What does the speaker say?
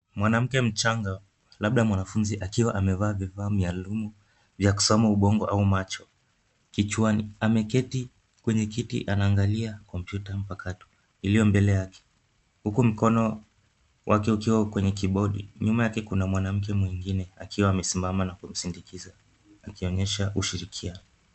Mwanamke mchanga, labda mwanafunzi akiwa amevaa vifaa miaalumu vya kusoma ubongo au macho kichwani. Ameketi kwenye kiti anaangalia kompyuta mpakato iliyo mbele yake huku mkono wake ukiwa kwenye kibodi. Nyuma yake kuna mwanamke mwingine akiwa amesimama na kumsindikiza akionyesha ushirikiano.